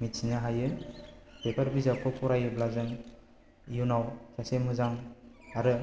मिथिनो हायो बेफोर बिजाबखौ फरायोब्ला जों इउनाव सासे मोजां आरो